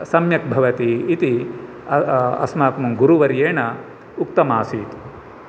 सम्यक् भवति इति अस्माकं गुरुवर्येण उक्तमासीत्